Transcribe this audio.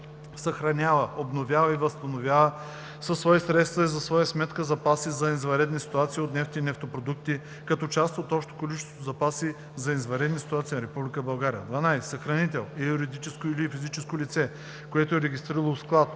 съхранява, обновява и възстановява със свои средства и за своя сметка запаси за извънредни ситуации от нефт и нефтопродукти като част от общото количество запаси за извънредни ситуации на Република България. 12. „Съхранител“ е юридическо или физическо лице, което е регистрирало склад